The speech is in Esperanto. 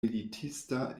militista